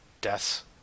deaths